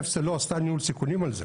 --- לא עשתה ניהול סיכונים על זה.